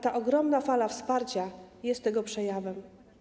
Ta ogromna fala wsparcia jest tego przejawem.